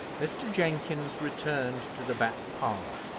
mr. jenkins returned to the back parlour,